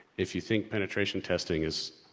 if you think penetration testing has,